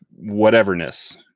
whateverness